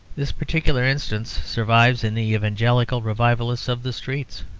this particular instance survives in the evangelical revivalists of the street.